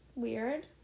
Weird